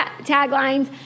taglines